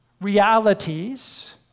realities